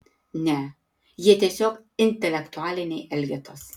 ne jie tiesiog intelektualiniai elgetos